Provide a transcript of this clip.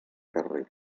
carrer